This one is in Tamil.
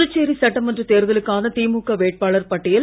புதுச்சேரி சட்டமன்றத் தேர்தலுக்கான திமுக வேட்பாளர் பட்டியல்